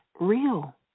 real